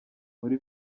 muri